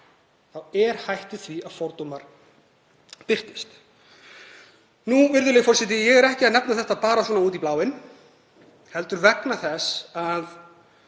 þá er hætt við því að fordómar birtist. Virðulegur forseti. Ég er ekki að nefna þetta bara út í bláinn heldur vegna þess að